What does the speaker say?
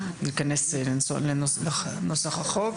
ונכנס לנוסח החוק.